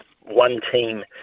one-team